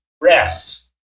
rest